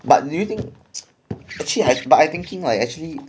but do you think actually I but I thinking like actually